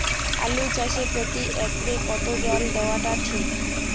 আলু চাষে প্রতি একরে কতো জল দেওয়া টা ঠিক?